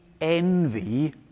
envy